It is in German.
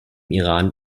iran